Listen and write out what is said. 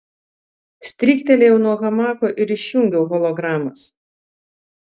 stryktelėjau nuo hamako ir išjungiau hologramas